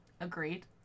Agreed